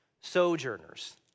sojourners